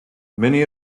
many